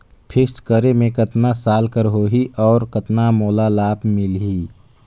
Fixed करे मे कतना साल कर हो ही और कतना मोला लाभ मिल ही?